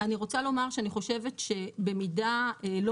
אני רוצה לומר שאני חושבת שבמידה לא